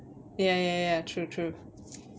ya ya ya true true